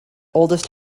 oldest